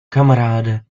kamaráde